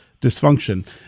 dysfunction